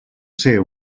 ser